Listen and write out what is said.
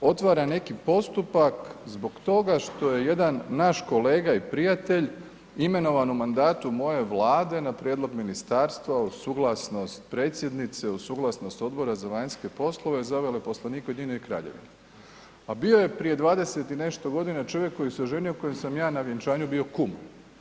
otvara neki postupak zbog toga što je jedan naš kolega i prijatelj imenovan u mandatu moje Vlade na prijedlog ministarstva uz suglasnost predsjednice, uz suglasnost Odbora za vanjske poslove za veleposlanika u UK, a bio je prije 20 i nešto godina čovjek koji se oženio kojem sam ja na vjenčanju bio kum.